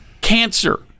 cancer